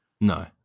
No